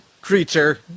creature